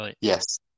Yes